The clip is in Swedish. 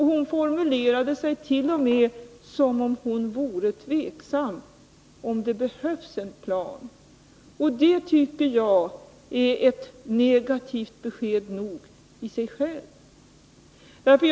Hon formulerade sig t.o.m. som om hon vore tveksam om det behövs en plan. Det tycker jag är ett besked som är negativt nog i sig självt.